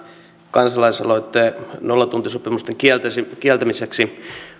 kansalaisaloite nollatuntisopimusten kieltämiseksi